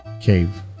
Cave